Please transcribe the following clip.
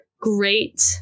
great